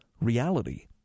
reality